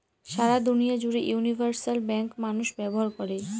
সারা দুনিয়া জুড়ে universal bank মানুষ ব্যবহার করে